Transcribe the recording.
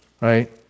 right